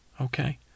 okay